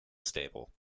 stable